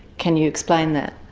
can you explain that?